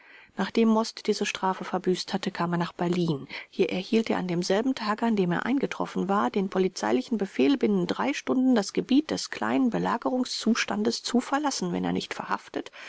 nachdem most diese strafe verbüßt hatte kam er nach berlin hier erhielt er an demselben tage an dem er eingetroffen war den polizeilichen befehl binnen drei stunden das gebiet des kleinen belagerungszustandes zu verlassen wenn er nicht verhaftet